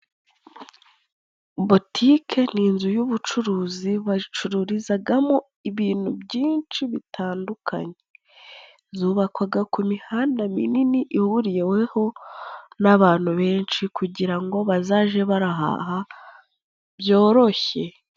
Botike ni inzu y'ubucuruzi bacururizagamo ibintu byinshi bitandukanye. zubakwaga ku mihanda minini ihuriweho n'abantu benshi kugirango bazaje barahaha byoroshye.